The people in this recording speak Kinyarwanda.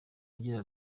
agira